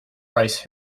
rice